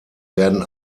werden